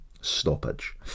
stoppage